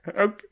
Okay